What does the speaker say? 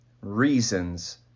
Reasons